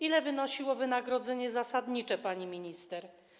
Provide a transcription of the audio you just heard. Ile wynosiło wynagrodzenie zasadnicze pani minister?